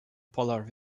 polar